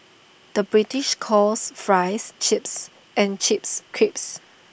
the British calls Fries Chips and Chips Crisps